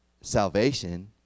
Salvation